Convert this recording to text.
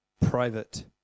private